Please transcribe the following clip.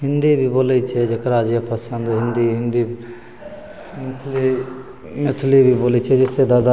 हिन्दी भी बोलै छै जकरा जे पसन्द होइ हिन्दी हिन्दी मैथिली मैथिली भी बोलै छिए जइसे दादा